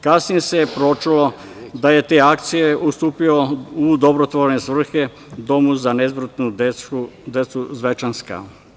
Kasnije se pročulo da je te akcije ustupio u dobrotvorne svrhe domu za nezbrinutu decu „Zvečanska“